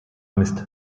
mist